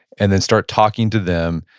and then start talking to them,